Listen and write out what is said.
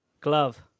Glove